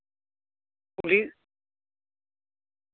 ᱠᱩᱞᱦᱤ